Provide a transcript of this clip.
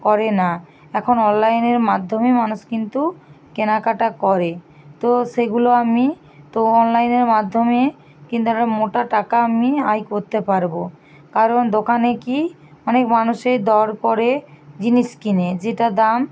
করে না এখন অনলাইনের মাধ্যমে মানুষ কিন্তু কেনাকাটা করে তো সেগুলো আমি তো অনলাইনের মাধ্যমে কিন্তু একটা মোটা টাকা আমি আয় করতে পারবো কারণ দোকানে কী অনেক মানুষে দর করে জিনিস কেনে যেটা দাম